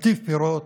קטיף פירות,